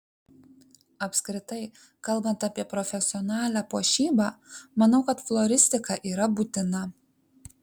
apskritai kalbant apie profesionalią puošybą manau kad floristika yra būtina